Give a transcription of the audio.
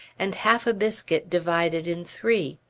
and half a biscuit divided in three.